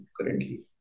currently